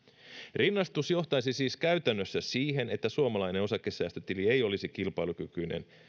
rinnastus johtaisi siis käytännössä siihen että suomalainen osakesäästötili ei olisi kilpailukykyinen